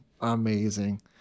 amazing